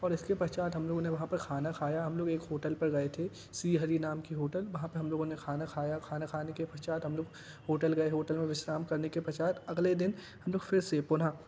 और इसके पश्चात हम लोगों ने वहाँ पर खाना खाया हम लोग एक होटल पर गए थे श्री हरी नाम के होटल वहाँ पे हम लोगों ने खाना खाया खाना खाने के पश्चात हम लोग होटल गए होटल में विश्राम करने के पश्चात अगले दिन हम लोग फिर से पुनः